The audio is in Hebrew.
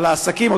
אבל העסקים,